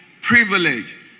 Privilege